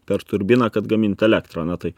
per turbiną kad gamint elektrą na tai